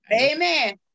Amen